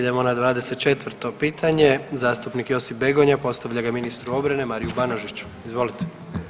Idemo na 24. pitanje, zastupnik Josip Begonja postavlja ga ministru obrane Mariju Banožiću, izvolite.